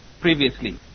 previously